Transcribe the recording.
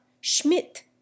Schmidt